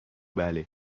بله